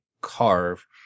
Carve